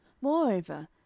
Moreover